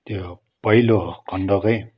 त्यो पहिलो खण्डकै